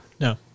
No